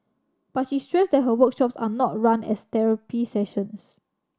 but she stressed that her workshops are not run as therapy sessions